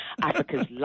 Africa's